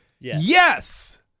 Yes